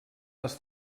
les